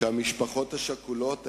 שהמשפחות השכולות,